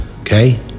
okay